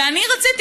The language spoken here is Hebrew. ואני רציתי,